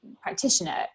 practitioner